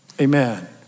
Amen